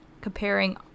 comparing